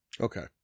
Okay